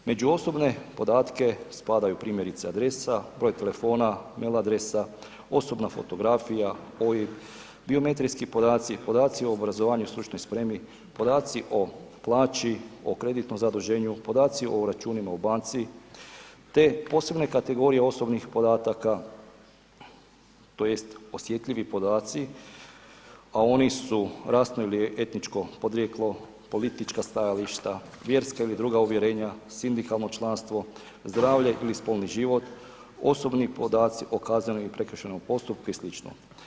Među osobne podatke spadaju primjerice adresa, broj telefona, mail adresa, osobna fotografija, OIB, biometrijski podaci, podaci o obrazovanju i stručnoj spremi, podaci o plaći, o kreditnom zaduženju, podaci o računima u banci te posebne kategorije osobnih podataka tj. osjetljivi podaci, a oni su rasno ili etničko podrijetlo, politička stajališta, vjerska ili druga uvjerenja, sindikalno članstvo, zdravlje ili spolni život, osobni podaci o kaznenom i prekršajnom postupku i slično.